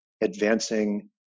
advancing